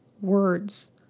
words